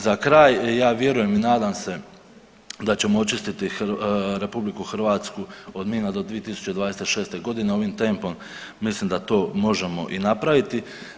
Za kraj, ja vjerujem i nadam se da ćemo očistiti RH od mina do 2026.g., ovim tempom mislim da to možemo i napraviti.